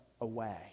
away